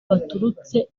baturutse